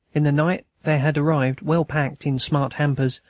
in the night there had arrived, well packed in smart hampers,